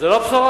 זו לא בשורה.